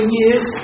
years